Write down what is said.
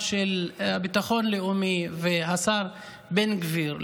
של המשרד לביטחון לאומי והשר בן גביר,